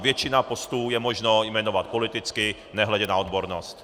Většinu postů je možno jmenovat politicky, nehledě na odbornost.